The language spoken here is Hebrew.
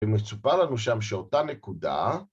ומצופה לנו שם שאותה נקודה,